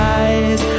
eyes